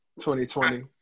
2020